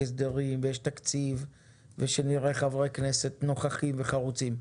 הסדרים ויש תקציב ושנראה חברי כנסת נוכחים וחרוצים.